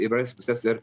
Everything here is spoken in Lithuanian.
įvairias puses ir